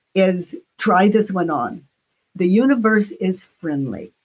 is try this one on the universe is friendly